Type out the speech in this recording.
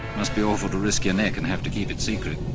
must be awful to risk your neck and have to keep it secret.